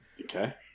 Okay